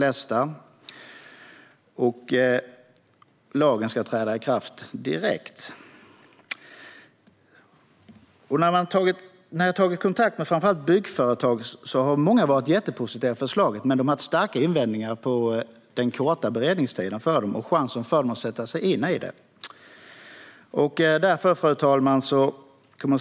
Sedan ska lagen träda i kraft direkt. När jag har tagit kontakt med framför allt byggföretag har många för det mesta varit positiva till förslaget, men de har haft starka invändningar mot den korta beredningstiden för att sätta sig in i vad som ska gälla. Fru talman!